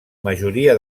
majoria